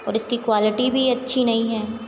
और इसकी क्वालिटी भी अच्छी नहीं है